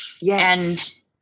Yes